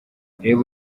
reba